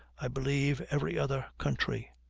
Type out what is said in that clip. i believe, every other country.